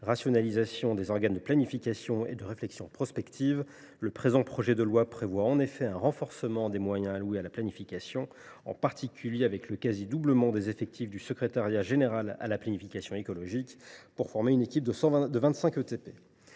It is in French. rationaliser les organes de planification et de réflexion prospective. Le présent projet de loi prévoit en effet un renforcement des moyens alloués à la planification, en particulier le quasi doublement des effectifs du secrétariat général à la planification écologique (SGPE) pour former une équipe de 25 ETP.